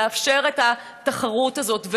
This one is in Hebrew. ולאפשר את התחרות הזאת,